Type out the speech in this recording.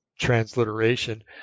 transliteration